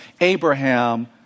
Abraham